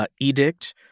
edict